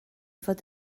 fod